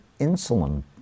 insulin